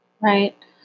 Right